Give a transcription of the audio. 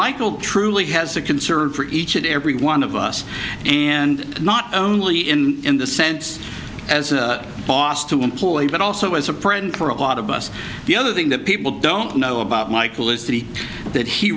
michael truly has a concern for each and every one of us and not only in in the sense as a boss to employee but also as a friend for a lot of us the other thing that people don't know about